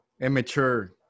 immature